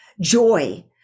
joy